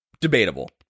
Debatable